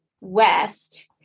west